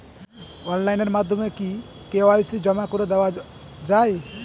Online মাধ্যমে কি KYC জমা করে দেওয়া য়ায়?